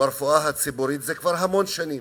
ברפואה הציבורית זה כבר המון שנים.